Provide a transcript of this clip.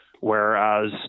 Whereas